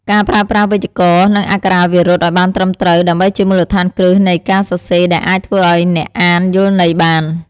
ការប្រើប្រាស់វេយ្យាករណ៍ និងអក្ខរាវិរុទ្ធអោយបានត្រឹមត្រូវ ដើម្បីជាមូលដ្ឋានគ្រឹះនៃការសរសេរដែលអាចឱ្យអ្នកអានយល់ន័យបាន។